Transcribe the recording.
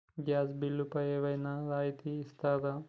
Gas బిల్లుపై ఏమైనా రాయితీ ఇస్తారా?